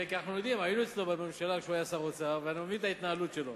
היינו אצלו בממשלה כשהוא היה שר האוצר ואנחנו מבינים את ההתנהלות שלו.